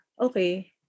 Okay